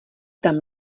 tam